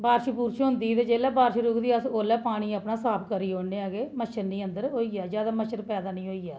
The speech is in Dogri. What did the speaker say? बारश बुरश होंदी जिसलै बारश रूकदी ओह्लै पानी अपना साफ करी औड़नेआं ते मच्छर नीं अंदर होई जा जैदा मच्छर पैदा नीं आ